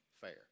fair